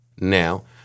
Now